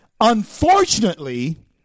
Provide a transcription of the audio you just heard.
unfortunately